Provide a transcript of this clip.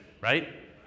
right